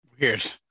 Weird